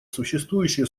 существующие